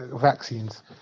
vaccines